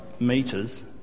Meters